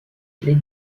les